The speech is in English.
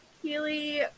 Healy